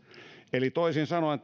eli toisin sanoen